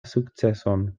sukceson